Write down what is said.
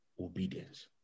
obedience